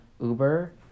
Uber